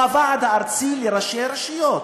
שהוא הוועד הארצי לראשי רשויות,